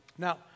Now